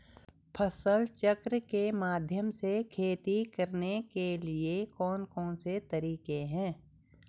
फसल चक्र के माध्यम से खेती करने के लिए कौन कौन से तरीके हैं?